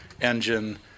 engine